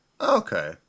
okay